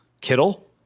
Kittle